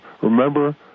Remember